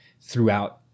throughout